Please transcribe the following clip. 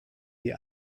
sie